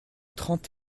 trente